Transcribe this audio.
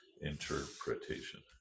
interpretation